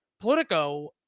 Politico